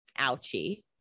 Ouchie